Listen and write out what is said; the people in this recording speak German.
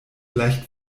leicht